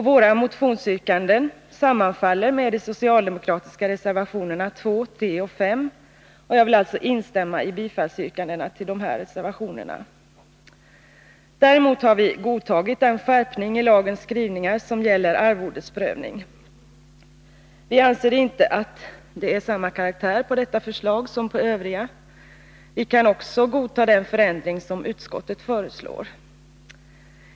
Våra motionsyrkanden sammanfaller med de socialdemokratiska reservationerna2, 3 och 5, och jag vill alltså instämma i yrkandena om bifall till dessa reservationer. Däremot har vi godtagit den skärpning i lagens skrivningar som gäller arvodesprövning. Vi anser inte att detta förslag har samma karaktär som de övriga. Vi kan också godta den förändring som utskottet föreslår.